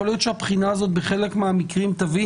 יכול להיות שהבחינה הזאת בחלק מהמקרים תביא